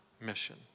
mission